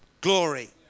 glory